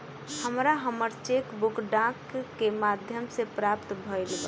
हमरा हमर cheque book डाक के माध्यम से प्राप्त भईल बा